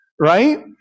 right